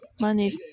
money